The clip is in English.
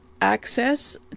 access